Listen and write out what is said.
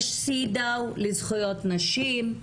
יש CEDAW לזכויות נשים,